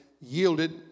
yielded